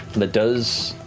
that does